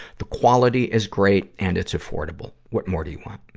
the quality is great, and it's affordable. what more do you want?